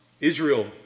Israel